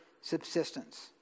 subsistence